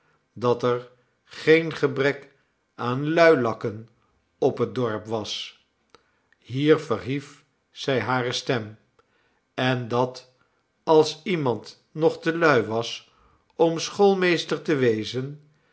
dat er geen gebrek aan luilakken op het dorp was hier verhief zij hare stem en dat als iemand nog te lui was om schoolmeester te wezen